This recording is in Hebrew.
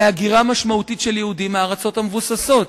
להגירה משמעותית של יהודים מהארצות המבוססות.